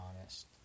honest